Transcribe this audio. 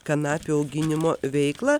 kanapių auginimo veiklą